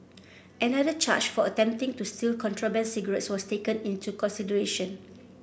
another charge for attempting to steal contraband cigarettes was taken into consideration